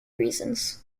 reasons